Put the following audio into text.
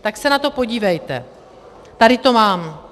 Tak se na to podívejte, tady to mám.